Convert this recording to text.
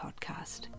podcast